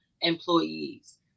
employees